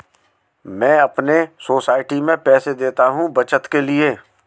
मैं अपने सोसाइटी में पैसे देता हूं बचत के लिए